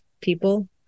people